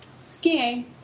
skiing